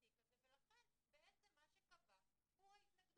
טיוטות מקדימות של התקנות שנוסחו בהתאם